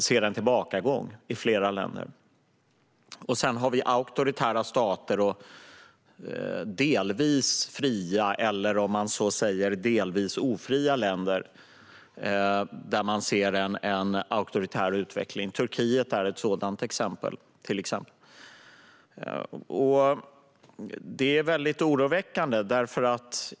Sedan finns det auktoritära stater och delvis ofria länder där man ser en auktoritär utveckling. Turkiet är ett exempel på det. Detta är väldigt oroväckande.